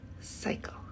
cycle